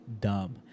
dumb